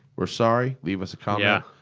we're sorry. leave us a comment.